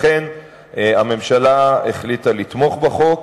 לכן הממשלה החליטה לתמוך בחוק,